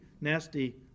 nasty